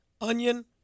onion